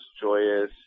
joyous